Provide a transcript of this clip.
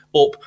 up